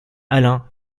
alain